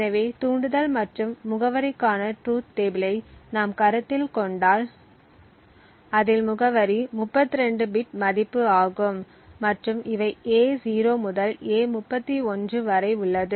எனவே தூண்டுதல் மற்றும் முகவரிக்கான ட்ரூத் டேபிளை நாம் கருத்தில் கொண்டால் அதில் முகவரி 32 பிட் மதிப்பு ஆகும் மற்றும் இவை A0 முதல் A31 வரை உள்ளது